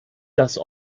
das